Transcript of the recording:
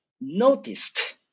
noticed